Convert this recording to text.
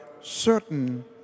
certain